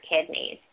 kidneys